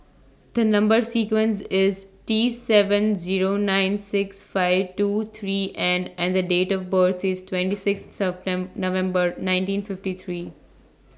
The Number sequence IS T seven Zero nine six five two three N and The Date of birth IS twenty six September November nineteen fifty three